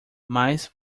mas